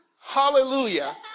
hallelujah